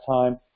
time